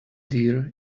dear